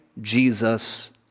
Jesus